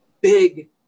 big